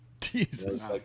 Jesus